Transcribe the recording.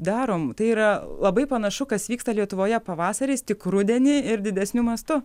darom tai yra labai panašu kas vyksta lietuvoje pavasariais tik rudenį ir didesniu mastu